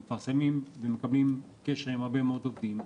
מפרסמים ומקיימים קשר עם הרבה מאוד עובדים.